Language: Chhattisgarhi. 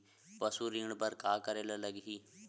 पशु ऋण बर का करे ला लगही?